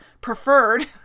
preferred